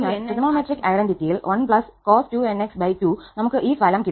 അതിനാൽ ട്രിഗണോമെട്രിക് ഐഡന്റിറ്റിയിൽ 1cos2𝑛𝑥2 നമുക് ഈ ഫലം കിട്ടും